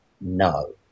no